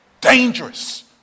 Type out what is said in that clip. Dangerous